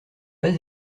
pas